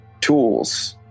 tools